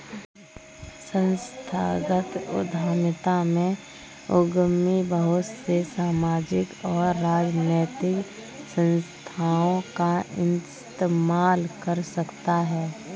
संस्थागत उद्यमिता में उद्यमी बहुत से सामाजिक और राजनैतिक संस्थाओं का इस्तेमाल कर सकता है